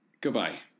Goodbye